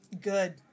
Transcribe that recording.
Good